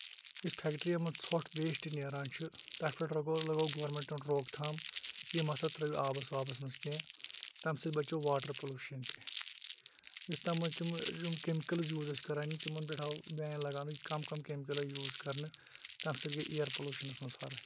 یُس فیکٹرین منٛز ژھۄٹھ ویسٹ نیران چھُ تَتھ پٮ۪ٹھ رُکوو لَگوٚو گورمینٹَن روک تھام یِم مہ سا ترٲیو آبَس وابَس منٛز کیٚنٛہہ تَمہِ سۭتۍ بَچیو واٹر پٔلوٗشن تہِ یُس تَمہِ منٛز تِم یِم کیمِکَلز یوٗز ٲسۍ کران یِم تِمن پٮ۪ٹھ آو بین لگاونہٕ کَم کَم کیمِکل آیہِ یوٗز کرنہٕ تَمہِ سۭتۍ گے اِیر پٔلوٗشنَس منٛز فرق